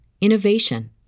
innovation